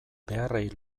beharrei